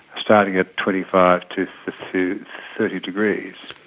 starting at twenty five to to thirty degrees.